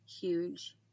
huge